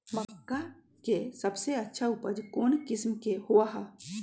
मक्का के सबसे अच्छा उपज कौन किस्म के होअ ह?